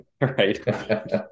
right